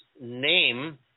name